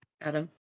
Adam